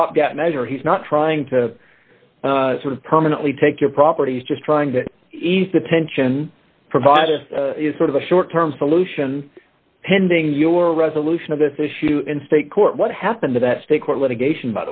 stopgap measure he's not trying to sort of permanently take your properties just trying to ease the tension provide a sort of a short term solution pending your resolution of this issue in state court what happened to that state court litigation